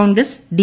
Congress D